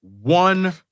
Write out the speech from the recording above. one